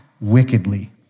wickedly